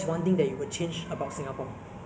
you know the way they govern I think